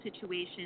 situations